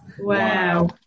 Wow